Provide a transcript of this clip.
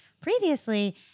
previously